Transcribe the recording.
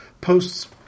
posts